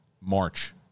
March